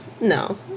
no